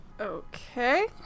Okay